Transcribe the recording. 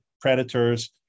predators